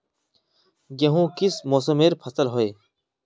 गेहूँ किस मौसमेर फसल होय?